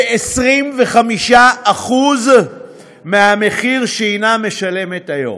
ב-25% מהמחיר שהיא משלמת היום.